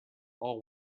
all